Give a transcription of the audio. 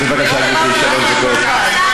בבקשה, גברתי, שלוש דקות.